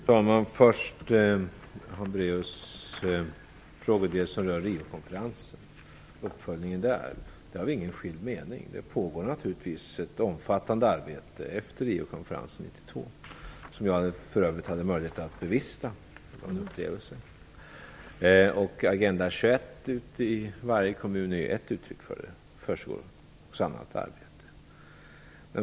Fru talman! Först vill jag ta upp Birgitta Hambraeus frågor om Riokonferensen och uppföljningen av den. Där har vi inte skilda meningar. Det pågår naturligtvis ett omfattande arbete efter Riokonferensen 1992 - jag hade för övrigt möjlighet att bevista den, och det var en upplevelse. Agenda 21 i varje kommun är ett uttryck för att det försiggår ett samlat arbete.